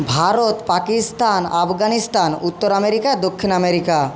ভারত পাকিস্তান আফগানিস্তান উত্তর আমেরিকা দক্ষিণ আমেরিকা